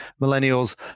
millennials